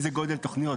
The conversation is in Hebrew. מה גודל התוכניות.